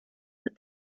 that